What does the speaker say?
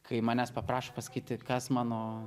kai manęs paprašo pasakyti kas mano